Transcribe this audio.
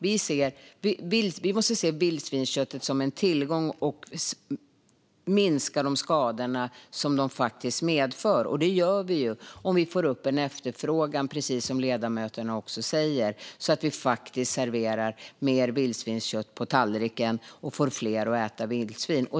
Vi måste se vildsvinsköttet som en tillgång och minska de skador som vildsvinen medför, och det gör vi ju om vi får upp en efterfrågan, precis som ledamöterna också säger, så att vi serverar mer vildsvinskött på tallriken och får fler att äta vildsvin.